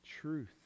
truth